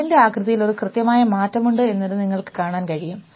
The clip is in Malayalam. അതിൻറെ ആകൃതിയിൽ ഒരു കൃത്യമായ മാറ്റമുണ്ട് എന്നത് നിങ്ങൾക്ക് കാണാൻ കഴിയും